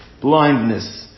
blindness